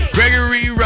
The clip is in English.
Gregory